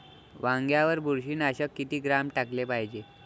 वांग्यावर बुरशी नाशक किती ग्राम टाकाले पायजे?